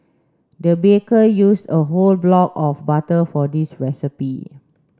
the baker used a whole block of butter for this recipe